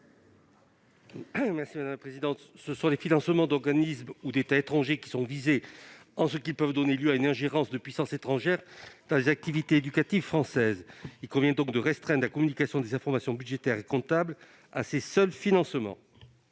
Cet amendement vise les financements d'organisations ou d'États étrangers, car ils peuvent donner lieu à une ingérence de puissances étrangères dans les activités éducatives françaises. Il convient donc de restreindre la communication des informations budgétaires et comptables à ces seuls financements.